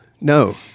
no